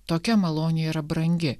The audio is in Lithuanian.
tokia malonė yra brangi